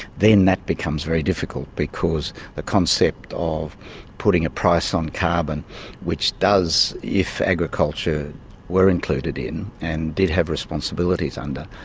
then that becomes very difficult, because the concept of putting a price on carbon which does, if agriculture were included in, and did have responsibilities under,